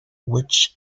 which